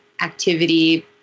activity